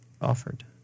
Offered